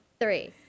three